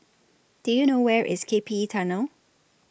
Do YOU know Where IS K P E Tunnel